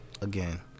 again